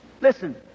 Listen